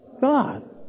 God